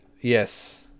Yes